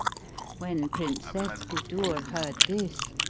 when princess budur heard this,